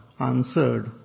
Answered